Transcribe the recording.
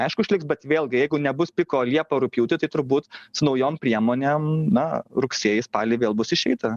aišku išliks bet vėlgi jeigu nebus piko liepą rugpjūtį tai turbūt su naujom priemonėm na rugsėjį spalį vėl bus išeita